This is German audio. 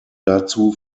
dazu